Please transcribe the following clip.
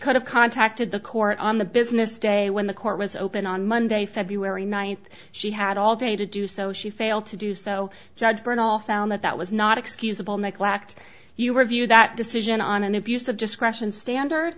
could have contacted the court on the business day when the court was open on monday february ninth she had all day to do so she failed to do so judge brinn all found that that was not excusable make lacked you review that decision on an abuse of discretion standard